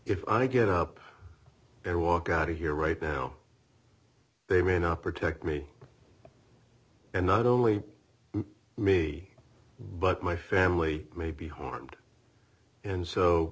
if i get up and walk out of here right now they may not protect me and not only me but my family may be harmed and so